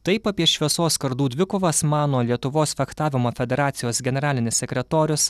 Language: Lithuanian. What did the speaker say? taip apie šviesos kardų dvikovas mano lietuvos fechtavimo federacijos generalinis sekretorius